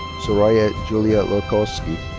saori ah julia lorkowski.